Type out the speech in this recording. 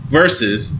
versus